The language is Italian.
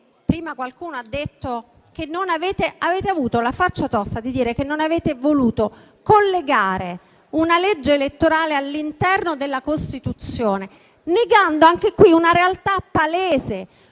Prima qualcuno ha detto che avete avuto la faccia tosta di dire che non avete voluto collegare una legge elettorale all'interno della Costituzione, negando anche qui una realtà palese.